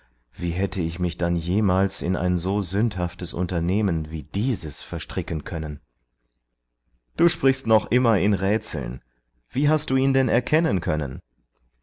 wie hätte ich mich dann jemals in ein so sündhaftes unternehmen wie dieses verstricken können du sprichst noch immer in rätseln wie hast du ihn denn erkennen können